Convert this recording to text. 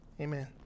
Amen